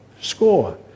score